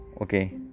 okay